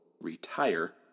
retire